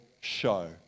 show